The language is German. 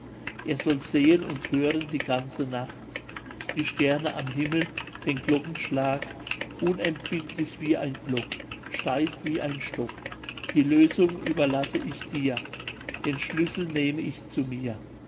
er soll sehen und hören die ganze nacht die sterne am himmel den glockenschlag unempfindlich wie ein block steif wie ein stock die lösung überlasse ich dir den schlüssel nehme ich zu mir